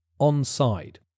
onside